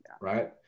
right